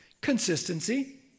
Consistency